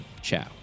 Ciao